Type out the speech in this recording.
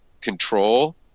control